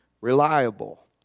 reliable